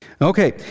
Okay